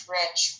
rich